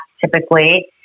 typically